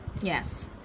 yes